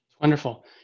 Wonderful